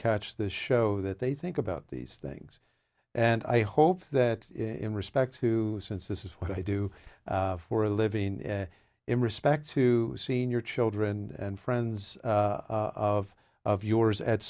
catch this show that they think about these things and i hope that in respect to since this is what i do for a living in in respect to seen your children and friends of of yours at